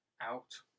out